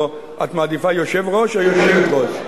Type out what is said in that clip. את מעדיפה "יושב-ראש" או "יושבת-ראש"?